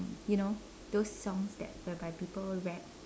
you know those songs that whereby people rap